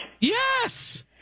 Yes